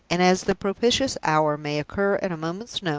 and as the propitious hour may occur at a moment's notice,